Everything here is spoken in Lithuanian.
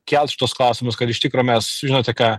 kelt šituos klausimus kad iš tikro mes žinote ką